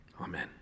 Amen